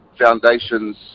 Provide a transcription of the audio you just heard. foundations